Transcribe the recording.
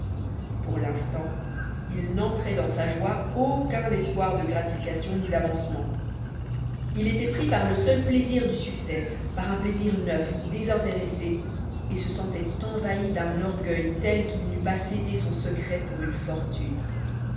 pour l'instant il n'entrait dans sa joie aucun espoir de gratification ni d'avancement il était pris par le seul plaisir du succès par un plaisir neuf désintéressé et se sentait envahi d'un orgueil tel qu'il n'eût pas cédé son secret pour une fortune